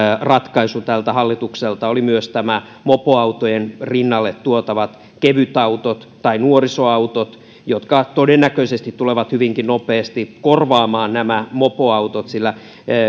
ratkaisu tältä hallitukselta oli myös mopoautojen rinnalle tuotavat kevytautot tai nuorisoautot jotka todennäköisesti tulevat hyvinkin nopeasti korvaamaan mopoautot sillä